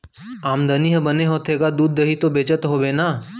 आमदनी ह बने होथे गा, दूद, दही तो बेचत होबे ना?